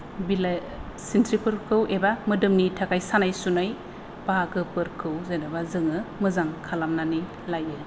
बिलाइ सिनस्रिफोरखौ एबा मोदोमनि थाखाय सानाय सुनाय बाहागोफोरखौ जेन'बा जोङो मोजां खालामनानै लायो